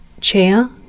chair